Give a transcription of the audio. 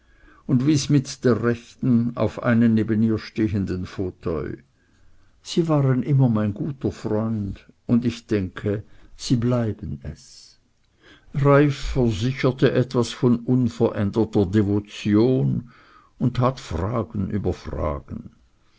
und wies mit der rechten auf einen neben ihr stehenden fauteuil sie waren immer mein guter freund und ich denke sie bleiben es reiff versicherte etwas von unveränderter devotion und tat fragen über fragen